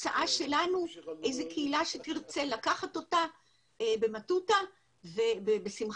וההצעה שלנו איזה קהילה שתרצה לקחת אותה במטותא ובשמחה.